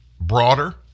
broader